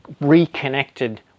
reconnected